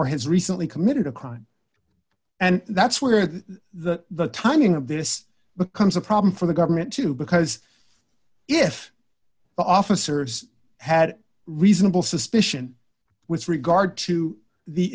or has recently committed a crime and that's where the the timing of this becomes a problem for the government too because if officers had reasonable suspicion with regard to the